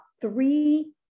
three